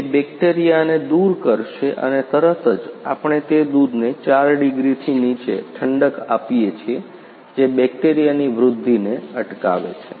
તે બેક્ટેરિયાને દૂર કરશે અને તરત જ આપણે તે દૂધને 4 ડિગ્રી થી નીચે ઠંડક આપીએ છીએ જે બેક્ટેરિયા ની વૃદ્ધિને અટકાવે છે